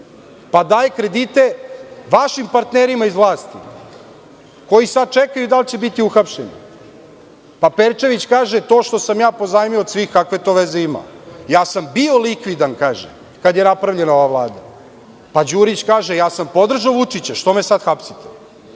pa daje kredite vašim partnerima iz vlasti koji sada čekaju da li će biti uhapšeni, pa Perčević kaže – to što sam ja pozajmio od svih, kakve to veze ima, ja sam bio likvidan kada je napravljena ova Vlada, pa Đurić kaže – ja sam podržao Vučića, što me sada hapsite.